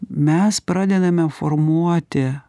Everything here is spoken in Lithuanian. mes pradedame formuoti